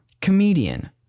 comedian